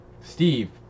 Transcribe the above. Steve